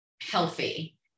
healthy